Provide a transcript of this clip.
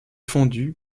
fondue